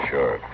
Sure